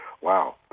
Wow